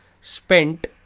spent